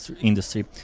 industry